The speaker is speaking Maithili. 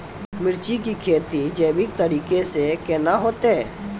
मिर्ची की खेती जैविक तरीका से के ना होते?